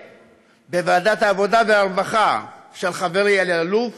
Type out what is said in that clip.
בוועדת העבודה והרווחה של חברי אלי אלאלוף